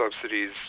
subsidies